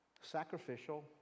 sacrificial